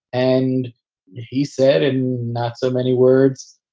and he said, in not so many words,